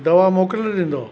दवा मोकिले ॾींदो